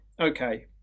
okay